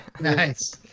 Nice